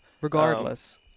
Regardless